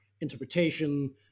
interpretation